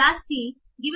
class c